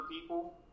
people